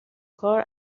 کار